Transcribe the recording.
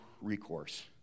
recourse